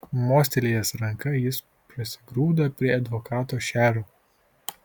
mostelėjęs ranka jis prasigrūda prie advokato šero